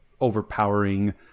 overpowering